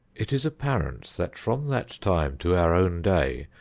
it is apparent that from that time to our own day,